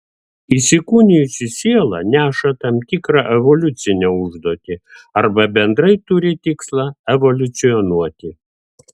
įsikūnijusi siela neša tam tikrą evoliucinę užduotį arba bendrai turi tikslą evoliucionuoti